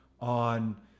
on